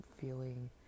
feeling